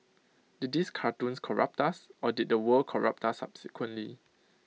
did these cartoons corrupt us or did the world corrupt us subsequently